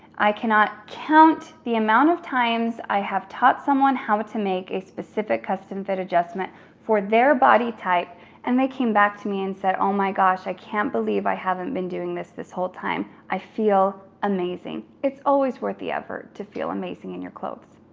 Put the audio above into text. i cannot count the amount of times i have taught someone how but to make a specific custom fit adjustment for their body type and they came back to me and said, oh my gosh, i can't believe i haven't been doing this this whole time, i feel amazing. it's always worth the effort to feel amazing in your clothes.